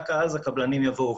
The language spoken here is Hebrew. רק אז הקבלנים יבואו.